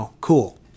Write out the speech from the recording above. cool